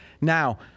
Now